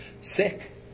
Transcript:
sick